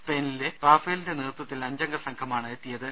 സ്പെയിനിലെ റാഫേലിന്റെ നേതൃത്വത്തിൽ അഞ്ചംഗ സംഘമാണ് എത്തിയത്